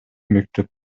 мектеп